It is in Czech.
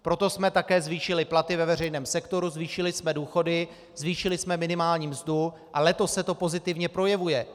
Proto jsme také zvýšili platy ve veřejném sektoru, zvýšili jsme důchody, zvýšili jsme minimální mzdu a letos se to pozitivně projevuje.